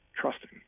trusting